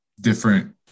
different